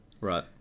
Right